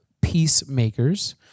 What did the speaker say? peacemakers